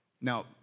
Now